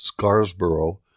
Scarsborough